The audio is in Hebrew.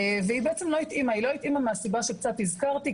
והיא בעצם לא התאימה מהסיבה שקצת הזכרתי,